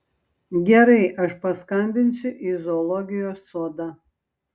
gerai aš paskambinsiu į zoologijos sodą